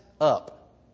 up